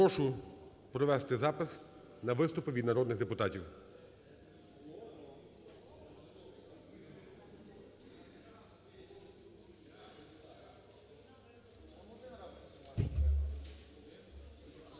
Прошу провести запис на виступи від народних депутатів.